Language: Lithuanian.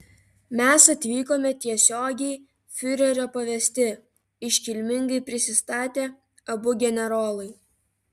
mes atvykome tiesiogiai fiurerio pavesti iškilmingai prisistatė abu generolai